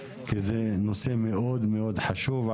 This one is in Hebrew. כי זה נושא מאוד מאוד חשוב.